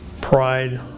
pride